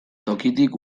tokitik